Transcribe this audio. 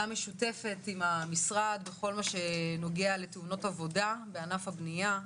משותפת עם המשרד בכל הנוגע לתאונות עבודה בענף הבניה,